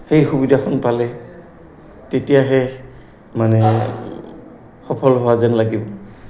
সেই সুবিধাখন পালে তেতিয়াহে মানে সফল হোৱা যেন লাগিব